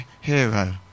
hero